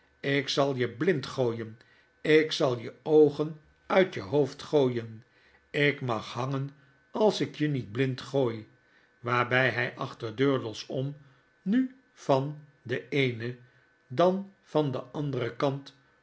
ik zal je blind gooien ik zal je oogenuit je hoofd gooien ik mag hangen als ikjeniet blind gooi waarby hij achter durdels om nu van den eenen dan van den anderen kant